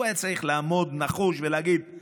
הוא היה צריך לעמוד נחוש ולהגיד: